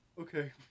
Okay